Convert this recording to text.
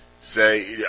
say